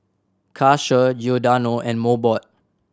Karcher Giordano and Mobot